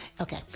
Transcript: Okay